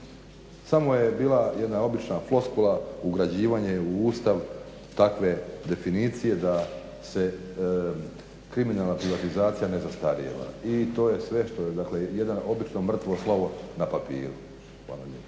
Samo je bila jedna obična floskula ugrađivanje u Ustav takve definicije da se kriminalna privatizacija ne zastarijeva i to je sve što je, dakle jedno obično mrtvo slovo na papiru.